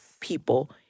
people